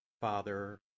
Father